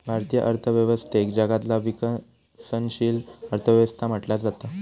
भारतीय अर्थव्यवस्थेक जगातला विकसनशील अर्थ व्यवस्था म्हटला जाता